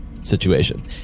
situation